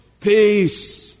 peace